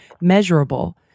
measurable